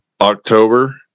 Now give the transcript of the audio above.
October